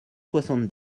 soixante